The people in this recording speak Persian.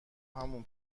همون